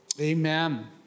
Amen